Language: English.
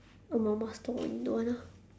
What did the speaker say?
oh mama stall only don't want ah